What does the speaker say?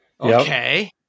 okay